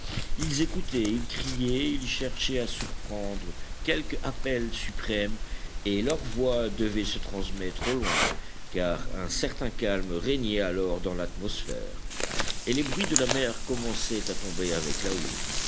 ils écoutaient ils criaient ils cherchaient à surprendre quelque appel suprême et leurs voix devaient se transmettre au loin car un certain calme régnait alors dans l'atmosphère et les bruits de la mer commençaient à tomber avec la houle